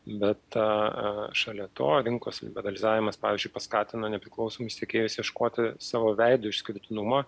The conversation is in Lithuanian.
bet šalia to rinkos liberalizavimas pavyzdžiui paskatina nepriklausomus tiekėjus ieškoti savo veido išskirtinumo